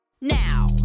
now